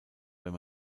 wenn